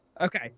Okay